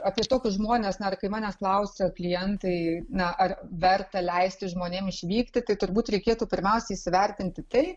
apie tokius žmones na kai manęs klausia klientai na ar verta leisti žmonėm išvykti tai turbūt reikėtų pirmiausia įsivertinti tai